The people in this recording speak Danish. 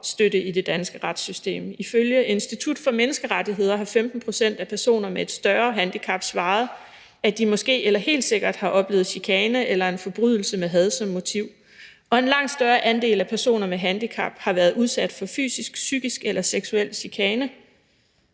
støtte i det danske retssystem. Ifølge Institut for Menneskerettigheder har 15 pct. af personer med et større handicap svaret, at de måske eller helt sikkert har oplevet chikane eller en forbrydelse med had som motiv. Og en langt større andel af personer med handicap har været udsat for fysisk, psykisk eller seksuel chikane